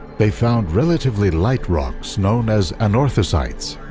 they found relatively light rocks known as anorthosites.